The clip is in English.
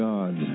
God